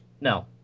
No